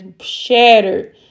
shattered